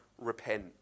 repent